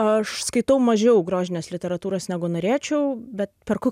aš skaitau mažiau grožinės literatūros negu norėčiau bet perku